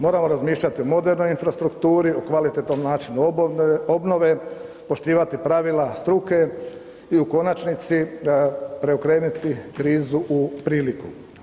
Moramo razmišljati o modernoj infrastrukturi, o kvalitetnom načinu obnove, poštivati pravila struke i u konačnici, preokrenuti krizu u priliku.